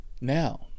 Now